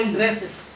dresses